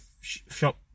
shop